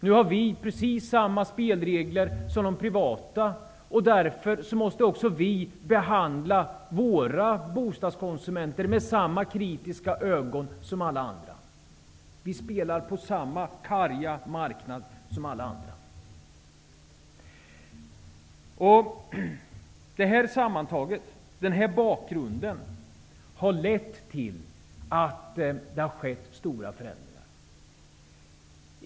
Nu har vi precis samma spelregler som de privata värdarna. Därför måste vi behandla våra bostadskonsumenter med samma kritiska ögon som alla andra gör. Vi spelar på samma karga marknad som alla andra. Det är detta som sammantaget har lett till stora förändringar.